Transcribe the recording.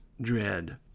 dread